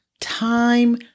time